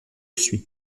suis